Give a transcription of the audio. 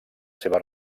seva